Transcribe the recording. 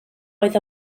oedd